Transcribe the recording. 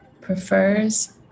prefers